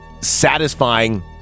satisfying